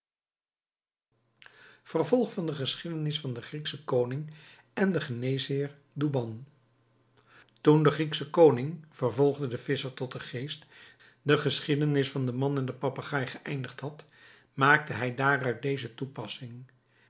vervolg van de geschiedenis van den griekschen koning en den geneesheer douban toen de grieksche koning vervolgde de visscher tot den geest de geschiedenis van den man en den papegaai geëindigd had maakte hij daaruit deze toepassing